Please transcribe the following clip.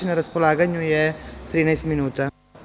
Na raspolaganju vam je 13 minuta.